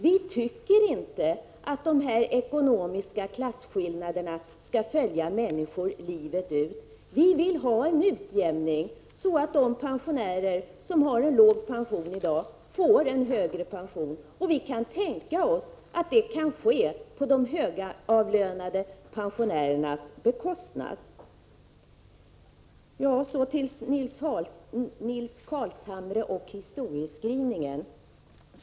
Vi tycker inte att de här ekonomiska klasskillnaderna skall följa människor livet ut. Vi vill ha till stånd en utjämning, så att de pensionärer som i dag har en låg pension får en högre. Vi kan tänka oss att låta det ske på de ”högavlönade” pensionärernas bekostnad. Så till Nils Carlshamre och historieskrivningen.